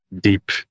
deep